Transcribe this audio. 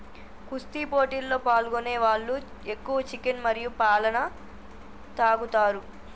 కుస్తీ పోటీలలో పాల్గొనే వాళ్ళు ఎక్కువ చికెన్ మరియు పాలన తాగుతారు